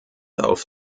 auf